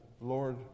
Lord